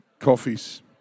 coffees